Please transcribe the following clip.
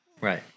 Right